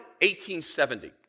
1870